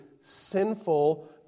sinful